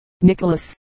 Nicholas